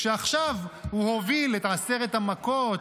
כשעכשיו הוא הוביל את עשרת המכות,